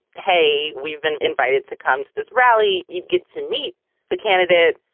hey, we've been invited to come to this rally. you'd get to meet the candidate.